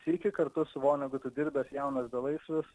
sykį kartu su vonegutu dirbęs jaunas belaisvis